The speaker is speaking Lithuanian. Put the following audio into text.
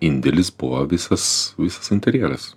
indėlis buvo visas visas interjeras